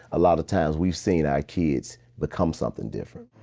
a lot of times weve seen our kids become something different.